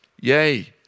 Yay